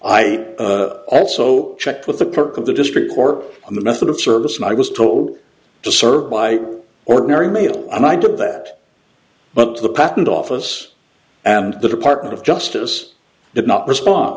i also checked with the clerk of the district for a method of service and i was told to serve by ordinary mail and i did that but the patent office and the department of justice did not respond